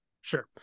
Sure